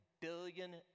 billion